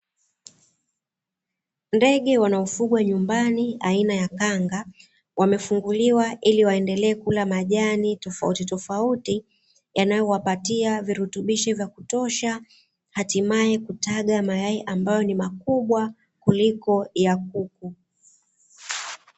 Ndege wanaofugwa nyumbani aina ya kanga wamefunguliwa, ili waendelee kula majani tofautitofauti, yanayowapatia virutubisho vya kutosha, haatimae kutaga mayai ambayo ni makubwa kuliko ya kuku.